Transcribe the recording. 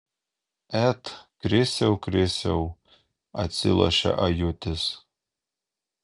et krisiau krisiau atsilošia ajutis